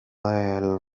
del